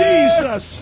Jesus